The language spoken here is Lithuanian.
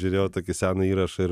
žiūrėjau tokį seną įrašą ir